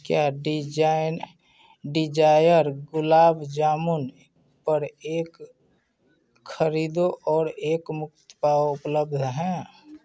क्या डिजायर गुलाब जामुन पर एक खरीदो और एक मुफ़्त पाओ उपलब्ध है